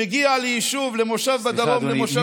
מגיע ליישוב, למושב בדרום, סליחה, אדוני.